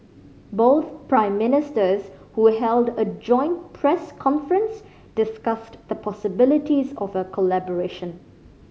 both Prime Ministers who held a joint press conference discussed the possibilities of a collaboration